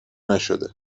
نشده